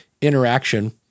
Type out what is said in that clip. interaction